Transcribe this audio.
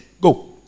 go